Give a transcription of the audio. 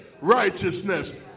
righteousness